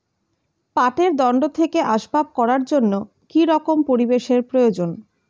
পাটের দণ্ড থেকে আসবাব করার জন্য কি রকম পরিবেশ এর প্রয়োজন?